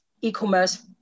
e-commerce